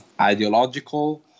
ideological